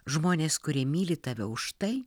žmonės kurie myli tave už tai